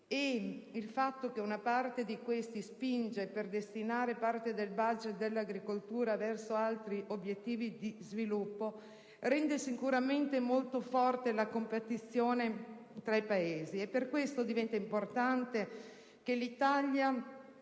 il fatto che una parte di questi spinge per destinare parte del *budget* dell'agricoltura verso altri obiettivi di sviluppo rende sicuramente molto forte la competizione tra i Paesi. Per questo diventa importante che l'Italia